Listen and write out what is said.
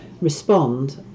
respond